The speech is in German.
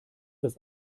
das